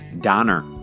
Donner